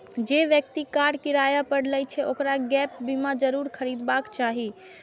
जे व्यक्ति कार किराया पर लै छै, ओकरा गैप बीमा जरूर खरीदबाक चाही